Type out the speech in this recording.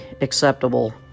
acceptable